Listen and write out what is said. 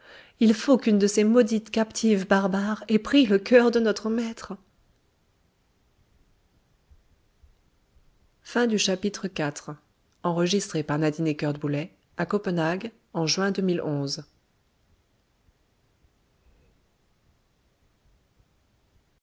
il faut qu'une de ces maudites captives barbares ait pris le cœur de notre maître